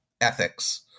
ethics